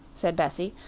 said bessie.